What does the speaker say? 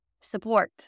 Support